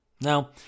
Now